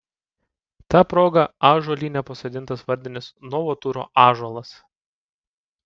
ta proga ąžuolyne pasodintas vardinis novaturo ąžuolas